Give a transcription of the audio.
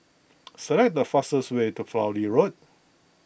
select the fastest way to Fowlie Road